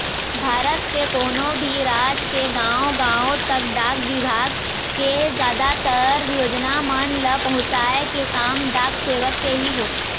भारत के कोनो भी राज के गाँव गाँव तक डाक बिभाग के जादातर योजना मन ल पहुँचाय के काम डाक सेवक के ही होथे